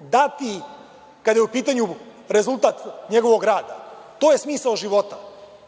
dati kada je u pitanju rezultat njegovog rada. To je smisao života,